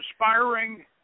inspiring